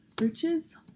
Riches